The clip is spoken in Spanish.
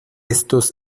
estos